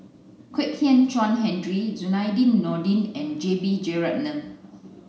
Kwek Hian Chuan Henry Zainudin Nordin and J B Jeyaretnam